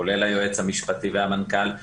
כולל היועץ המשפטי והמנכ"ל,